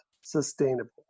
sustainable